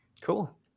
Cool